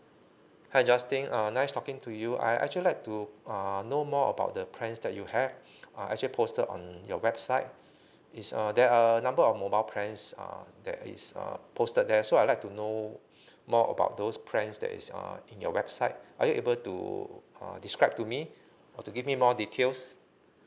hi justine uh nice talking to you I actually like to um know more about the plans that you have uh actually posted on your website is err there are number of mobile plans uh that is um posted there so I like to know more about those plans that is err in your website are you able to err describe to me or to give me more details